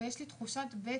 אבל יש לי תחושת בטן,